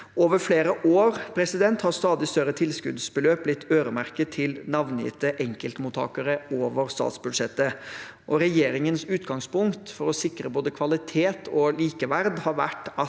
Over flere år har stadig større tilskuddsbeløp blitt øremerket til navngitte enkeltmottakere over statsbudsjettet. Regjeringens utgangspunkt for å sikre både kvalitet og likeverd har vært at